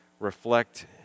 reflect